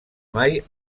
mai